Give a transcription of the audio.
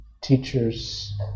teachers